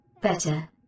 better